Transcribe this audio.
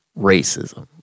racism